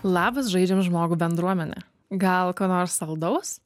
labas žaidžiam žmogų bendruomene gal ko nors saldaus